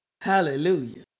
Hallelujah